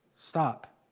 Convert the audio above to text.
Stop